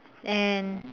and